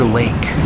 lake